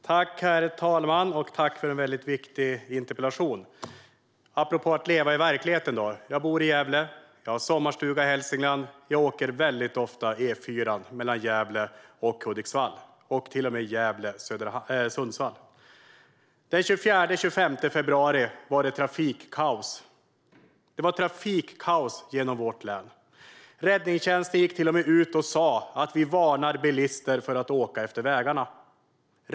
Herr talman! Tack för en väldigt viktig interpellation! Apropå att leva i verkligheten bor jag i Gävle och har sommarstuga i Hälsingland. Jag åker väldigt ofta E4:an mellan Gävle och Hudiksvall och till och med mellan Gävle och Sundsvall. Den 24 och 25 februari var det trafikkaos genom vårt län. Räddningstjänsten gick till och med ut och sa: Vi varnar bilister för att åka efter vägarna.